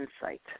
insight